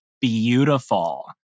beautiful